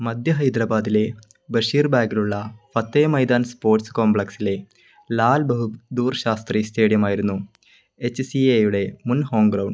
മധ്യ ഹൈദരാബാദിലെ ബഷീർ ബാഗിലുള്ള ഫത്തേ മൈദാൻ സ്പോർട്സ് കോംപ്ലക്സിലെ ലാൽ ബഹദൂർ ശാസ്ത്രി സ്റ്റേഡിയം ആയിരുന്നു എച്ച് സി എയുടെ മുൻ ഹോം ഗ്രൗണ്ട്